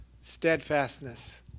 steadfastness